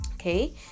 Okay